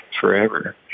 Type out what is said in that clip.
forever